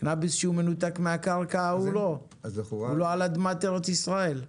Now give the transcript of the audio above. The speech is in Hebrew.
קנביס הוא לא על אדמת ארץ-ישראל.